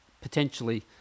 potentially